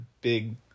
big